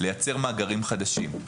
לייצר מאגרים חדשים,